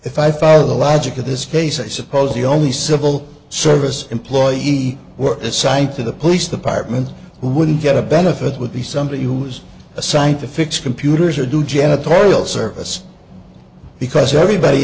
if i follow the logic of this case i suppose the only civil service employee were assigned to the police department who wouldn't get a benefit would be somebody who was assigned to fix computers or do janitorial service because everybody